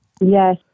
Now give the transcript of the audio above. Yes